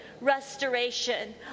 restoration